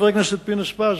חבר הכנסת פינס-פז,